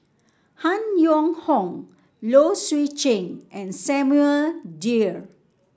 Han Yong Hong Low Swee Chen and Samuel Dyer